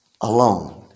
alone